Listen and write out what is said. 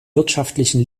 wirtschaftlichen